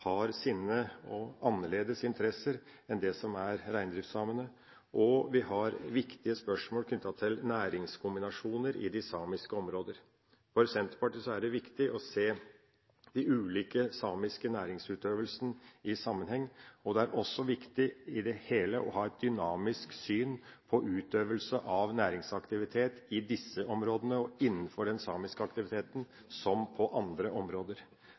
har sine egne interesser som er annerledes enn reindriftssamenes. Vi har viktige spørsmål knyttet til næringskombinasjoner i de samiske områder. For Senterpartiet er det viktig å se de ulike samiske næringsutøvelsene i sammenheng. Det er også viktig i det hele å ha et dynamisk syn på utøvelsen av næringsaktivitet i disse områdene og innenfor den samiske aktiviteten, som på andre områder.